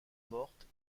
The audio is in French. mortes